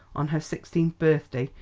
on her sixteenth birthday,